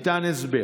ניתן הסבר.